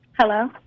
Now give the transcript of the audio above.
Hello